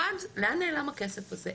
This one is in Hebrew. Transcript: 1, לאן נעלם הכסף הזה?